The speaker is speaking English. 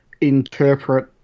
interpret